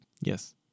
Yes